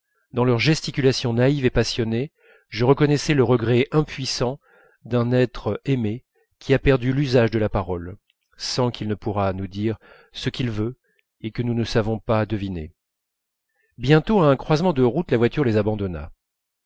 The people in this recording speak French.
dans leur gesticulation naïve et passionnée je reconnaissais le regret impuissant d'un être aimé qui a perdu l'usage de la parole sent qu'il ne pourra nous dire ce qu'il veut et que nous ne savons pas deviner bientôt à un croisement de route la voiture les abandonna